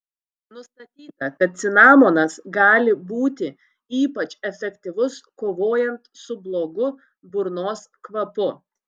nustatyta kad cinamonas gali būti ypač efektyvus kovojant su blogu burnos kvapu